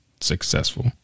successful